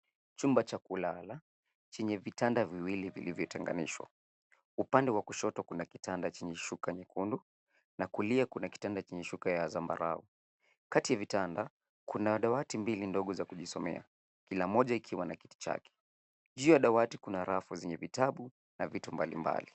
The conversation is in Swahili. Chumba cha kulala chenye vitanda viwili vilivyotenganishwa. Upande wa kushoto kuna kitanda chenye shuka nyekundu na kulia kuna kitanda chenye shuka ya zambarau. Kati ya vitanda, kuna dawati mbili ndogo za kujisomea kila moja ikiwa na kiti chake. Juu ya dawati kuna rafu zenye vitabu na vitu mbalimbali.